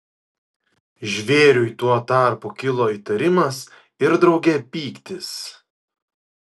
žvėriui tuo tarpu kilo įtarimas ir drauge pyktis